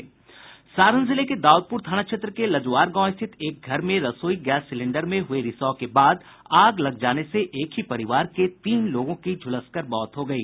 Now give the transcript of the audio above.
सारण जिले के दाउदपूर थाना क्षेत्र के लजुआर गांव स्थित एक घर में रसोई गैस सिलेंडर में हुए रिसाव के बाद आग लग जाने से एक ही परिवार के तीन लोगों की झुलसकर मौत हो गयी